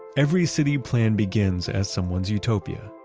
every city plan begins as someone's utopia.